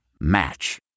Match